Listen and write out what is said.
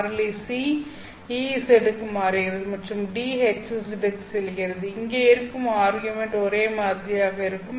மாறிலி C Ez க்கு மாறுகிறது மற்றும் D Hz க்கு செல்கிறது இங்கே இருக்கும் ஆர்குமென்ட் ஒரே மாதிரியாக இருக்கும்